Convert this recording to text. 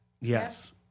yes